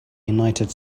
united